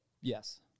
Yes